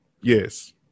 yes